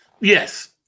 Yes